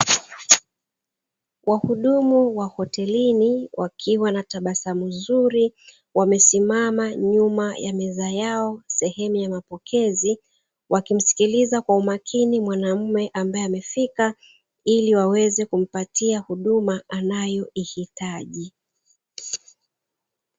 Wahudumu wa hotelini wakiwa na tabasamu zuri wamesimama nyuma ya meza yao sehemu ya mapokezi, wakimsikiliza kwa umakini mwanamume ambaye amefika ili waweze kumpatia huduma anayoihitaji.